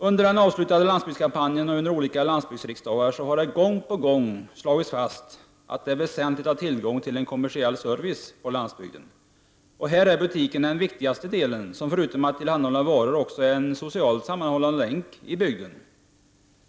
Under den avslutande landsbygdskampanjen och under olika landsbygdsriksdagar har det gång på gång slagits fast att det är väsentligt att ha tillgång till en kommersiell service på landsbygden. Här utgör butiken den viktigaste delen, som förutom att tillhandahålla varor också är en socialt sammanhållande länk i bygden.